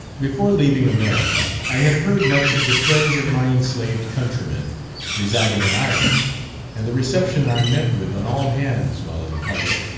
before leaving america i had heard much of the friends of my enslaved countrymen residing in ireland and the reception i met with on all hands while in public,